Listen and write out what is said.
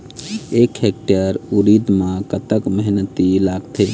एक हेक्टेयर उरीद म कतक मेहनती लागथे?